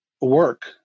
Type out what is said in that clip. work